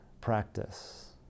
practice